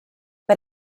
but